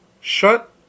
Shut